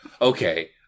Okay